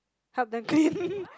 help them clean